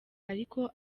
ariko